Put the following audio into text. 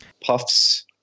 puffs